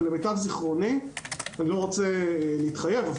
אני לא רוצה להתחייב,